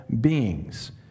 beings